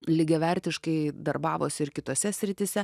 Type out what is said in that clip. lygiavertiškai darbavosi ir kitose srityse